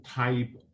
type